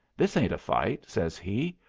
this ain't a fight, says he.